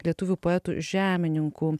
lietuvių poetų žemininkų